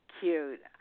cute